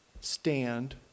Stand